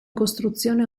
costruzione